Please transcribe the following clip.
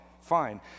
fine